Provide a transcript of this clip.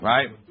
Right